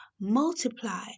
multiply